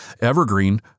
Evergreen